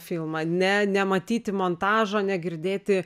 filmą ne nematyti montažo negirdėti